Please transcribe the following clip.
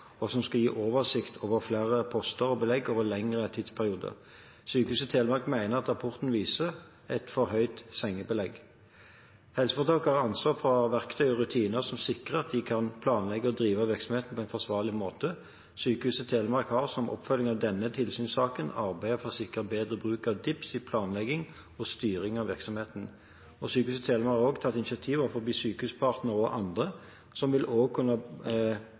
og som skal gi oversikt over flere poster og belegg over lengre tidsperioder. Sykehuset Telemark mener at rapporten viser et for høyt sengebelegg. Helseforetaket har ansvar for å ha verktøy og rutiner som sikrer at de kan planlegge og drive virksomheten på en forsvarlig måte. Sykehuset Telemark har som oppfølging av denne tilsynssaken arbeidet for å sikre bedre bruk av DIPS i planlegging og styring av virksomheten. Sykehuset Telemark har også tatt initiativ overfor sykehuspartnere og andre, som vil kunne